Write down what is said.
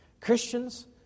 Christians